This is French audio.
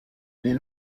les